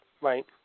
Right